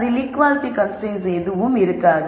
அதில் equality constraints எதுவும் இருக்காது